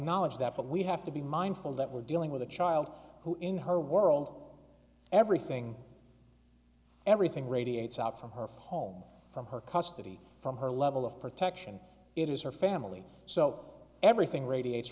acknowledge that but we have to be mindful that we're dealing with a child who in her world everything everything radiates out from her home from her custody from her level of protection it is her family so everything radiate